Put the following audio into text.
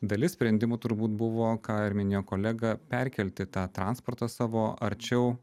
dalis sprendimų turbūt buvo ką ir minėjo kolega perkelti tą transportą savo arčiau